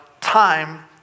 time